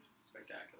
spectacular